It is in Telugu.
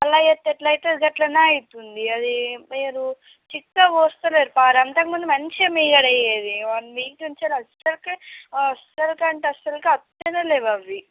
ఇలా అయితే అది అలానే అవుతుంది అదీ చిక్కగా పొయ్యలేదు పాలు అంతకు ముందు మంచిగా మీగడ అయ్యేది వన్ వీక్ నుంచి అస్సలుకే అస్సలు కంటే అస్సలుకి వస్తూనే లేవు అవి